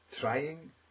trying